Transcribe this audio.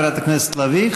תודה, חברת הכנסת לביא.